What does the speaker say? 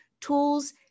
tools